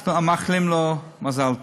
אנחנו מאחלים לו מזל טוב.